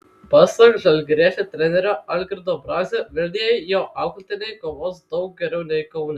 pasak žalgiriečių trenerio algirdo brazio vilniuje jo auklėtiniai kovos daug geriau nei kaune